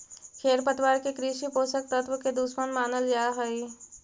खेरपतवार के कृषि पोषक तत्व के दुश्मन मानल जा हई